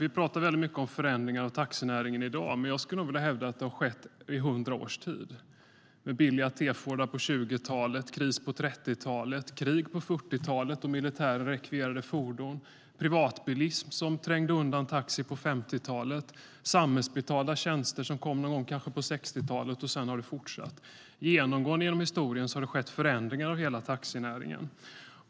Vi talar mycket om förändringar i taxinäringen i dag, men jag vill hävda att dessa förändringar har skett i hundra års tid. Det var billiga T-Fordar på 20-talet, kris på 30-talet, krig på 40-talet och militären som rekvirerade fordon, privatbilism som trängde undan taxi på 50-talet, samhällsbetalda tjänster på 60-talet - och sedan har det fortsatt. Genom historien har det skett förändringar i hela taxinäringen.